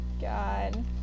God